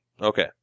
Okay